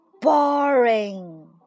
boring